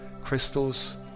crystals